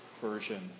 version